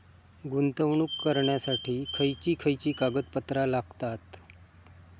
गुंतवणूक करण्यासाठी खयची खयची कागदपत्रा लागतात?